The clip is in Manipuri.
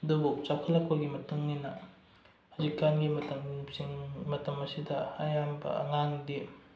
ꯑꯗꯨꯕꯨ ꯆꯥꯎꯈꯠꯂꯛꯄꯒꯤ ꯃꯇꯨꯡ ꯏꯟꯅ ꯍꯧꯖꯤꯛꯀꯥꯟꯒꯤ ꯃꯇꯝꯁꯤꯡ ꯃꯇꯝ ꯑꯁꯤꯗ ꯑꯌꯥꯝꯕ ꯑꯉꯥꯡꯗꯤ